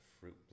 fruit